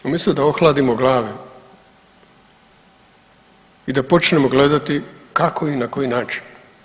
Umjesto da ohladimo glave i da počnemo gledati kako i na koji način.